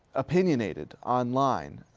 opinionated online.